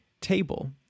table